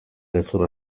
gezur